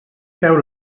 feu